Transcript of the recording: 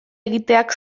egiteak